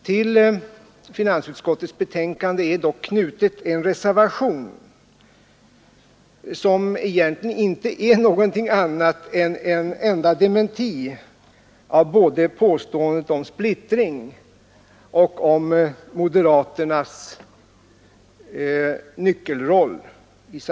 Till finansutskottets betänkande är dock knuten en reservation, som egentligen inte är någonting annat än en enda dementi av påståendena både om splittring och om moderaternas nyckelroll.